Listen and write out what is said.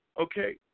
okay